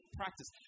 practice